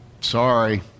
Sorry